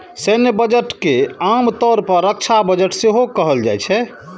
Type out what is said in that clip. सैन्य बजट के आम तौर पर रक्षा बजट सेहो कहल जाइ छै